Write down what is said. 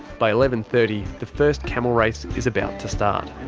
by eleven. thirty, the first camel race is about to start.